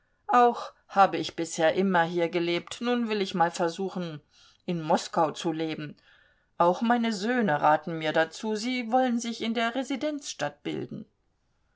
auch habe ich bisher immer hier gelebt nun will ich mal versuchen in moskau zu leben auch meine söhne raten mir dazu sie wollen sich in der residenzstadt bilden